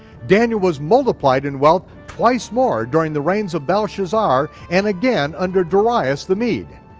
daniel was multiplied in wealth twice more during the reigns of belshazzar and again under darius the mede.